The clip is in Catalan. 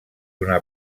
una